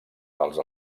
dels